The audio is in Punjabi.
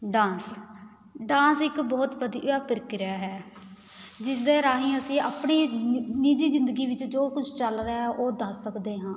ਡਾਂਸ ਡਾਂਸ ਇੱਕ ਬਹੁਤ ਵਧੀਆ ਪ੍ਰਕਿਰਿਆ ਹੈ ਜਿਸ ਦੇ ਰਾਹੀਂ ਅਸੀਂ ਆਪਣੀ ਨਿੱਜੀ ਜ਼ਿੰਦਗੀ ਵਿੱਚ ਜੋ ਕੁਛ ਚੱਲ ਰਿਹਾ ਉਹ ਦੱਸ ਸਕਦੇ ਹਾਂ